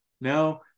No